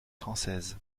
française